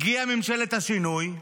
הגיעה ממשלת השינוי,